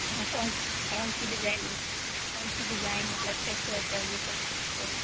ہاں کون سی کون سی ڈیزائن کون سی ڈیزائن مطلب کیسا چاہیے کیسا نہیں چاہیے